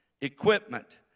equipment